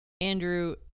Andrew